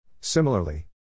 Similarly